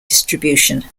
distribution